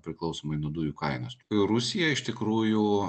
priklausomai nuo dujų kainos rusija iš tikrųjų